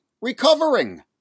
recovering